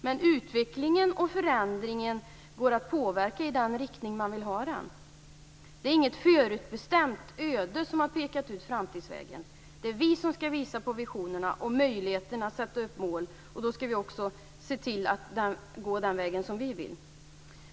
Men utvecklingen och förändringen går att påverka i den riktning vi vill. Det är inget förutbestämt öde som pekar ut framtidsvägen. Det är vi som skall visa på visioner och möjligheter och som skall sätta upp mål, och då skall vi också se till att gå den väg som vi vill gå.